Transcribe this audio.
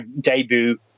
debut